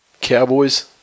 Cowboys